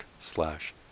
slash